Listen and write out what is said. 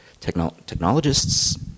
technologists